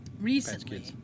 Recently